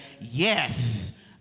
yes